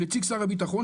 עם נציג שר הביטחון,